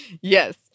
Yes